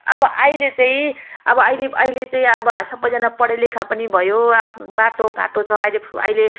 अब अहिले चाहिँ अब अहिले अहिले चाहिँ अब सबैजना पढ लेखा पनि भयो आफ्नो बाटो घाटो छ अहिले अहिले